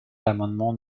l’amendement